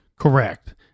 Correct